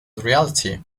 reality